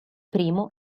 primo